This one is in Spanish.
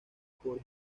por